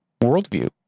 worldview